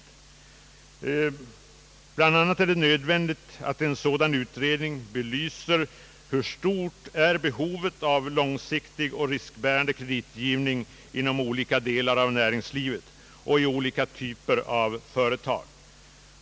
Det är bl.a. nödvändigt att i en sådan utredning belysa följande frågor: Hur stort är behovet av långsiktig och riskbärande kreditgivning inom olika delar av näringslivet och i olika typer av företag?